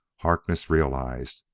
harkness realized.